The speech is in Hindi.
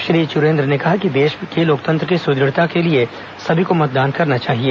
श्री चुरेन्द्र ने कहा कि देश के लोकतंत्र की सुद्रढ़ता के लिए सभी को मतदान करना चाहिए